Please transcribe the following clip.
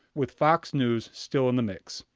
with fox news still in the mix.